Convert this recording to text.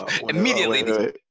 Immediately